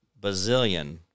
Bazillion